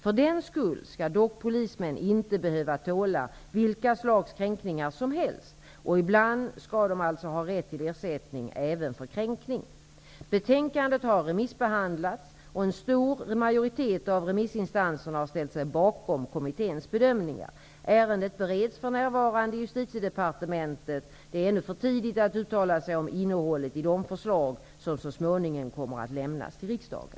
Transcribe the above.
För den skull skall polismän inte behöva tåla vilka slags kränkningar som helst, och ibland skall de alltså ha rätt till ersättning även för kränkning. Betänkandet har remissbehandlats och en stor majoritet av remissinstanserna har ställt sig bakom kommitténs bedömningar. Ärendet bereds för närvarande i Justitiedepartementet. Det är ännu för tidigt att uttala sig om innehållet i de förslag som så småningom kommer att lämnas till riksdagen.